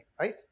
right